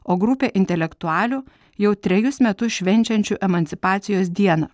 o grupė intelektualių jau trejus metus švenčiančių emancipacijos dieną